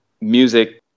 music